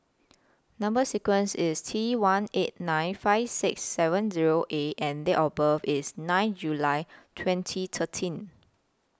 Number sequence IS T one eight nine five six seven Zero A and Date of birth IS nine July twenty thirteen